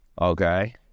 Okay